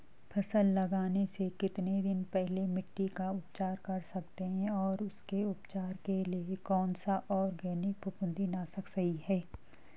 फसल लगाने से कितने दिन पहले मिट्टी का उपचार कर सकते हैं और उसके उपचार के लिए कौन सा ऑर्गैनिक फफूंदी नाशक सही है?